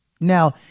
Now